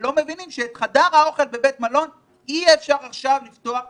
ולא מבינים שאת חדר האוכל בבית מלון אי אפשר עכשיו לפתוח חודשים.